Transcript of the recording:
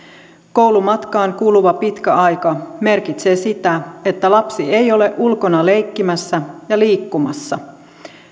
koulumatkaan kuluva pitkä aika merkitsee sitä että lapsi ei ole ulkona leikkimässä ja liikkumassa